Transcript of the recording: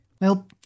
Well